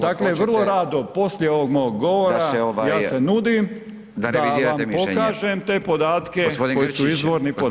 Dakle, vrlo rado poslije ovog mog govora ja se nudim da vam pokažem te podatke koji su izvorni podatci.